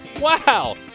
Wow